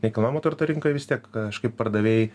nekilnojamo turto rinkoj vis tiek kažkaip pardavėjai